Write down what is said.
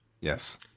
Yes